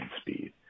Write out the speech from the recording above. speed